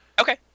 Okay